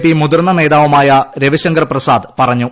P മുതിർന്ന നേതാവുമായി രവിശങ്കർ പ്രസാദ് പറഞ്ഞു